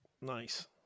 nice